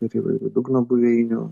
ir įvairių dugno buveinių